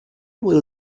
will